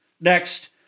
Next